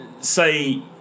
say